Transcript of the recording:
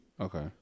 Okay